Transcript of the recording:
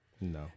No